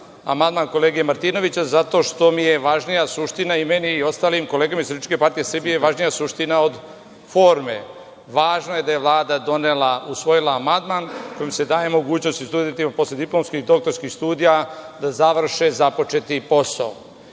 amandman kolege Martinovića, zato što mi je važnija suština i meni ostalim kolegama iz SPS-a, važnija suština od forme. Važno je da je Vlada usvojila amandman kojim se daje mogućnost i studentima postdiplomskih i doktorskih studija da završe započeti posao.